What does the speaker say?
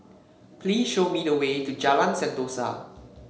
please show me the way to Jalan Sentosa